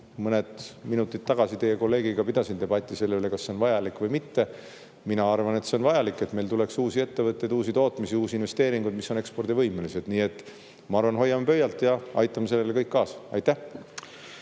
mõned minutid tagasi teie kolleegiga pidasin debatti selle üle, kas see on vajalik või mitte. Mina arvan, et see on vajalik, et meil tuleks uusi ettevõtteid, tootmisi ja investeeringuid, mis on ekspordivõimelised. Nii et ma arvan, et hoiame pöialt ja aitame sellele kõik kaasa. Aitäh!